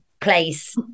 place